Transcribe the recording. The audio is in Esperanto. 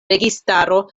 registaro